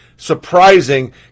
surprising